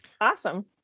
Awesome